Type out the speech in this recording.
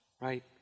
right